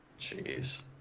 jeez